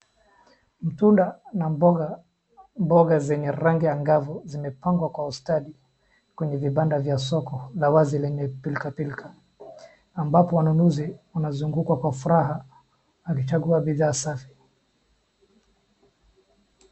Mtunda na mboga, mboga zenye rangi angavu zimepangwa kwa ustadi kwenye vibanda vya soko la wazi lenye pilka pilka ambapo wanunuzi wanazunguka kwa furaha akichagua bidhaa safi.